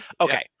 okay